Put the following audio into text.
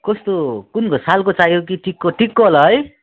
कस्तो कुन सालको चाहियो कि टिकको टिकको होला है